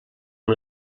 amb